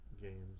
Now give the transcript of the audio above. games